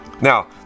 Now